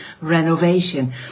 renovation